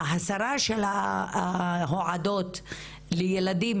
ההסרה של ההועדות לילדים,